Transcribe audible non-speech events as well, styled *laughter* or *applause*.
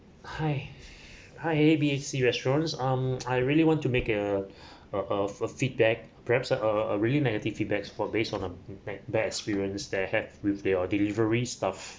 hi hi A B C restaurants um *noise* I really want to make a *breath* a a feedback perhaps a a really negative feedback for based on a bad bad experience they have with the uh delivery staff